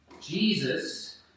Jesus